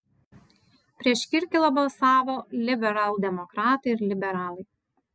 prieš kirkilą balsavo liberaldemokratai ir liberalai